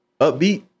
upbeat